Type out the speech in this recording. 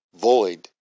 void